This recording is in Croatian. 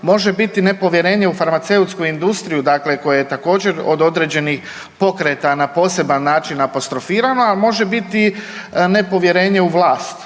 može biti nepovjerenje u farmaceutsku industriju, dakle koje je također od određenih pokreta na poseban način apostrofirano, a može biti nepovjerenje u vlast